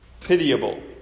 pitiable